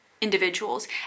individuals